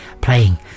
playing